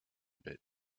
bit